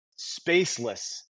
spaceless